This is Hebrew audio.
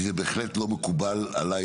כי זה בהחלט לא מקובל עליי,